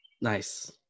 Nice